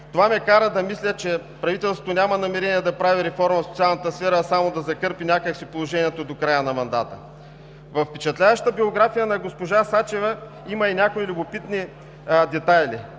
Това ме кара да мисля, че правителството няма намерение да прави реформа в социалната сфера, а само да закърпи някак си положението до края на мандата. Във впечатляващата биография на госпожа Сачева има и някои любопитни детайли.